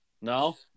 No